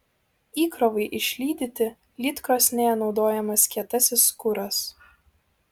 įkrovai išlydyti lydkrosnėje naudojamas kietasis kuras